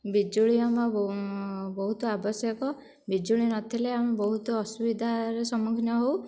ବିଜୁଳି ଆମ ବହୁତ ଆବଶ୍ୟକ ବିଜୁଳି ନ ଥିଲେ ଆମେ ବହୁତ ଅସୁବିଧାର ସମ୍ମୁଖୀନ ହେଉ